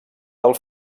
del